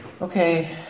Okay